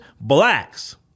blacks